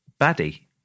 baddie